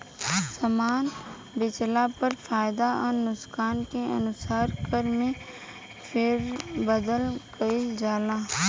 सामान बेचला पर फायदा आ नुकसान के अनुसार कर में फेरबदल कईल जाला